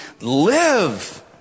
live